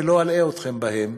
ולא אלאה אתכם בהם,